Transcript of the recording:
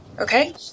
Okay